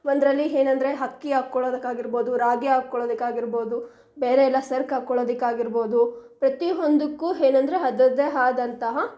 ಒಂದರಲ್ಲಿ ಏನಂದ್ರೆ ಅಕ್ಕಿ ಹಾಕ್ಕೊಳದಕ್ಕೆ ಆಗಿರ್ಬೋದು ರಾಗಿ ಹಾಕ್ಕೊಳದಕ್ ಆಗಿರ್ಬೋದು ಬೇರೆ ಎಲ್ಲ ಸರ್ಕು ಹಾಕ್ಕೊಳದಕ್ಕೆ ಆಗಿರ್ಬೋದು ಪ್ರತಿ ಒಂದುಕ್ಕೂ ಏನಂದ್ರೆ ಅದ್ರದ್ದೇ ಆದಂತಹ